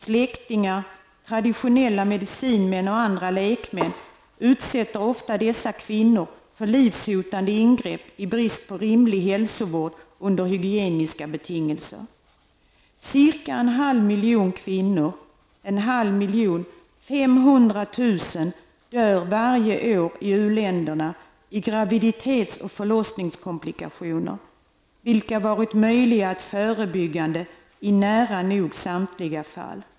Släktingar, traditionella medicinmän och andra lekmän utsätter ofta dessa kvinnor för livshotande ingrepp i brist på rimlig hälsovård under hygieniska betingelser. kvinnor, dör varje år i graviditets och förlossningskomplikationer, vilka varit möjliga att förebygga i nära nog samtliga fall.